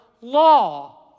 Law